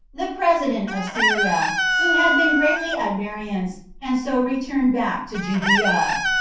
the president of syria, who had been greatly at variance, and so returned back to judea.